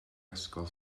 ysgol